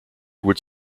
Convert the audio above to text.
would